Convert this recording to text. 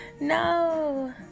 No